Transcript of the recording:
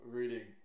reading